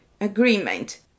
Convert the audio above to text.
Agreement